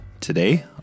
today